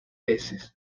veces